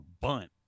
bunt